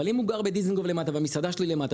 אבל אם הוא גר בדיזינגוף והמסעדה שלי למטה,